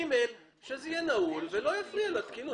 שזה יהיה נעול כך שזה לא יפריע לתקינות.